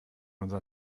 unser